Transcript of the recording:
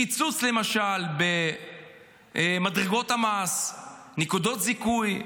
קיצוץ למשל במדרגות המס, נקודות זיכוי,